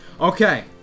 Okay